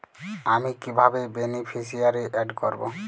আমি কিভাবে beneficiary add করব?